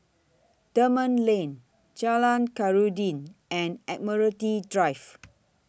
Dunman Lane Jalan Khairuddin and Admiralty Drive